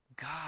god